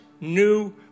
new